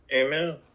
Amen